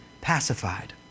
pacified